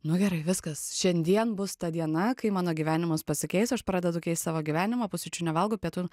nu gerai viskas šiandien bus ta diena kai mano gyvenimas pasikeis aš pradedu keist savo gyvenimą pusryčių nevalgau pietų